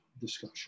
discussion